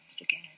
again